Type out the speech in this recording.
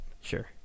Sure